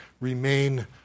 remain